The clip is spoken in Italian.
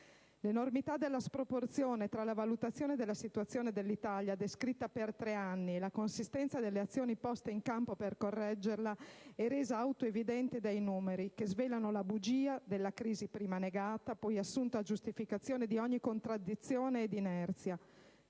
L'enormità della sproporzione tra la valutazione della situazione dell'Italia descritta per tre anni e la consistenza delle azioni poste in campo per correggerla è resa autoevidente dai numeri, che svelano la bugia della crisi prima negata, poi assunta a giustificazione di ogni contraddizione ed inerzia.